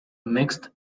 mixed